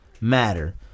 Matter